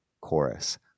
chorus